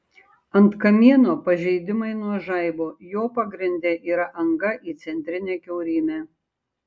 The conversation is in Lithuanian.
ant kamieno pažeidimai nuo žaibo jo pagrinde yra anga į centrinę kiaurymę